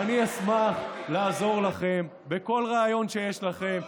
ואני אשמח לעזור לכם בכל רעיון שיש לכם.